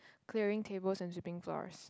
clearing tables and sweeping floors